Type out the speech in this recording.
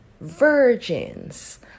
virgins